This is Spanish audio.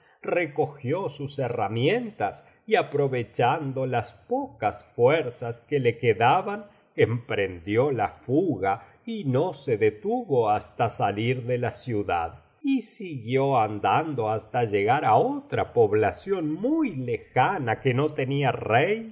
recogió sus herramientas y aprovechando las pocas fuerzas que le quedaban emprendió la fuga y no se detuvo hasta salir de la ciudad y siguió andando hasta llegar á otra población muy lejana que no tenía rey